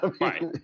right